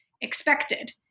expected